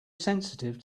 sensitive